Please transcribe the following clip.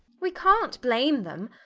we can't blame them.